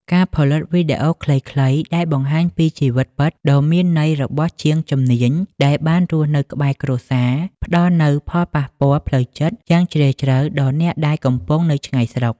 ការផលិតវីដេអូខ្លីៗដែលបង្ហាញពីជីវិតពិតដ៏មានន័យរបស់ជាងជំនាញដែលបានរស់នៅក្បែរគ្រួសារ ផ្ដល់នូវផលប៉ះពាល់ផ្លូវចិត្តយ៉ាងជ្រាលជ្រៅដល់អ្នកដែលកំពុងនៅឆ្ងាយស្រុក។